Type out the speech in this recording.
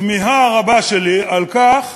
התמיהה הרבה שלי על כך